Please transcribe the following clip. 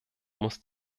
muss